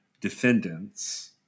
defendants